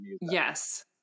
Yes